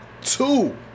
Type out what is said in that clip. two